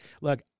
look